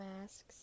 masks